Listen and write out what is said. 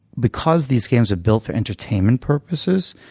because these games are built for entertainment purposes,